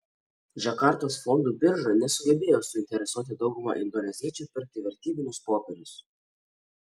džakartos fondų birža nesugebėjo suinteresuoti daugumą indoneziečių pirkti vertybinius popierius